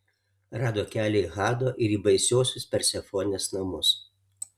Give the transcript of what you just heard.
rado kelią į hado ir į baisiosios persefonės namus